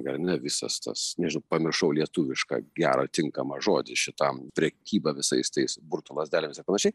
ar ne visas tas nežinau pamiršau lietuvišką gerą tinkamą žodį šitam prekyba visais tais burtų lazdelėmis ir panašiai